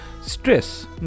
stress